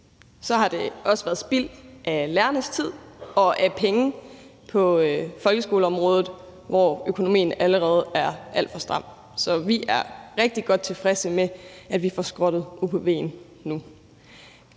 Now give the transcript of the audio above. Det har også været spild af lærernes tid og spild af penge på folkeskoleområdet, hvor økonomien allerede er alt for stram. Så vi er rigtig godt tilfredse med, at vi får skrottet UPV'en nu.